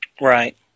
Right